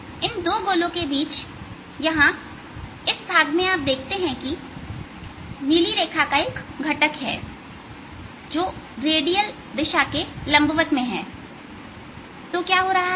इन दो गोलों के बीच यहां इस भाग में आप देखते हैं कि नीली रेखा का एक घटक है जो रेडियल दिशा के लंबवत दिशा में है तो क्या हो रहा है